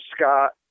Scott